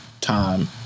time